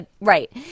right